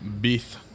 Beef